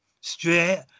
straight